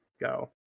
go